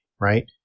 right